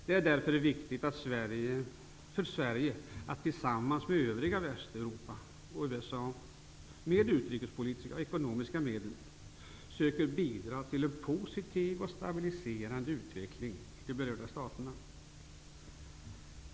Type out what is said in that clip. Det är därför viktigt för Sverige att tillsammans med övriga Västeuropa och USA med utrikespolitiska och ekonomiska medel söka bidra till en positiv och stabiliserande utveckling i de berörda staterna.